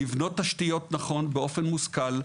לבנות תשתיות נכון באופן מושכל,